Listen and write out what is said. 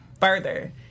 further